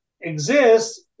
exist